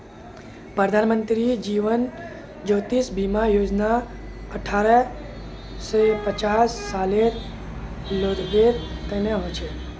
प्रधानमंत्री जीवन ज्योति बीमा योजना अठ्ठारह स पचास सालेर लोगेर तने छिके